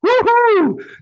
Woohoo